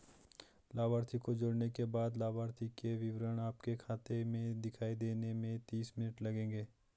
लाभार्थी को जोड़ने के बाद लाभार्थी के विवरण आपके खाते में दिखाई देने में तीस मिनट लगेंगे